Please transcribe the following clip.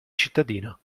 cittadino